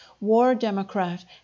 war-democrat